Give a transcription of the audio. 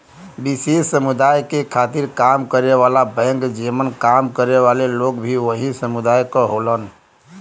विशेष समुदाय के खातिर काम करे वाला बैंक जेमन काम करे वाले लोग भी वही समुदाय क होलन